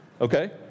okay